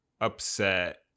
upset